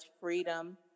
freedom